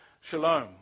shalom